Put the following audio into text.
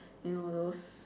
you know those